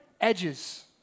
edges